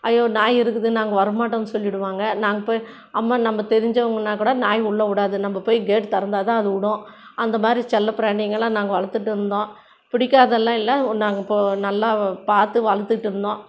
அய்யோ நாய் இருக்குது நாங்கள் வர மாட்டோம்னு சொல்லிவிடுவாங்க நாங்கள் போய் அம்மு நமக்கு தெரிஞ்சவங்கனால் கூட நாய் உள்ளே விடாது நம்ம போய் கேட்டு திறந்தா தான் அதுவிடும் அந்த மாதிரி செல்ல பிராணிங்கெலாம் நாங்கள் வளர்த்துட்டு இருந்தோம் பிடிக்காதலாம் இல்லை நாங்கள் இப்போது நல்லா பார்த்து வளர்த்துட்டு இருந்தோம்